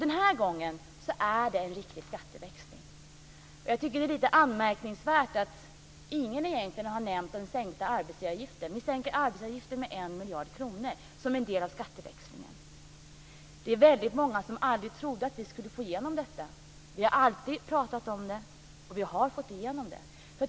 Den här gången är det en riktig skatteväxling. Jag tycker att det är lite anmärkningsvärt att ingen har nämnt den sänkta arbetsgivaravgiften. Vi sänker arbetsgivaravgiften med 1 miljard kronor som en del av skatteväxlingen. Det är många som aldrig trodde att vi skulle få igenom detta. Vi har alltid pratat om det, och vi har fått igenom det.